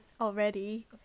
already